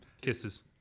kisses